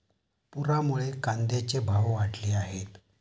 पुरामुळे कांद्याचे भाव वाढले आहेत